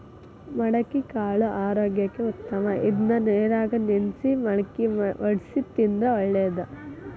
ಮಡಿಕಿಕಾಳು ಆರೋಗ್ಯಕ್ಕ ಉತ್ತಮ ಇದ್ನಾ ನೇರಾಗ ನೆನ್ಸಿ ಮಳ್ಕಿ ವಡ್ಸಿ ತಿಂದ್ರ ಒಳ್ಳೇದ